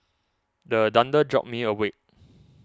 the thunder jolt me awake